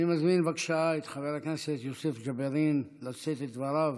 אני מזמין בבקשה את חבר הכנסת יוסף ג'בארין לשאת את דבריו.